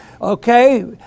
okay